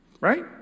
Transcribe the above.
right